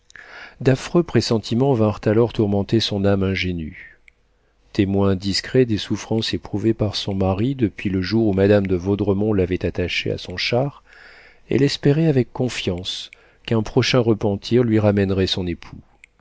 d'affreux pressentiments vinrent alors tourmenter son âme ingénue témoin discret des souffrances éprouvées par son mari depuis le jour où madame de vaudremont l'avait attaché à son char elle espérait avec confiance qu'un prochain repentir lui ramènerait son époux